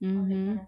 mmhmm